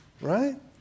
right